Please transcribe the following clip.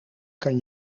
kan